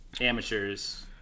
amateurs